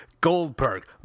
Goldberg